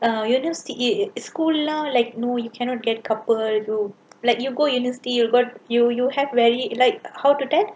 ah university school lah like no you cannot get couple to do like you go university you got you you have very like how to tell